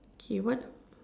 he want